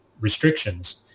restrictions